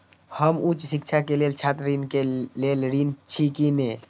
हम उच्च शिक्षा के लेल छात्र ऋण के लेल ऋण छी की ने?